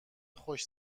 خوش